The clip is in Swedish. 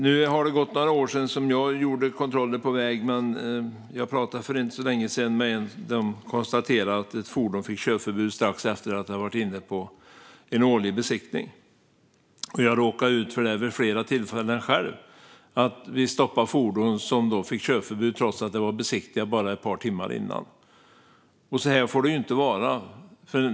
Nu har det gått några år sedan jag gjorde kontroller på väg, men för inte så länge sedan pratade jag med en person som konstaterade att ett fordon fick körförbud strax efter att den hade genomgått en årlig besiktning. Jag råkade själv vid flera tillfällen ut för att jag stoppade ett fordon som fick körförbud trots att det besiktigats bara ett par timmar tidigare. Så får det inte vara.